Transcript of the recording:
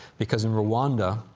because in rwanda,